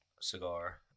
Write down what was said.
cigar